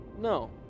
No